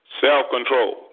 self-control